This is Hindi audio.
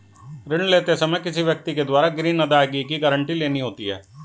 ऋण लेते समय किसी व्यक्ति के द्वारा ग्रीन अदायगी की गारंटी लेनी होती है